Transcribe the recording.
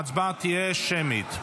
ההצבעה תהיה שמית.